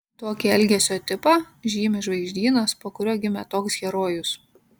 tokį elgesio tipą žymi žvaigždynas po kuriuo gimė toks herojus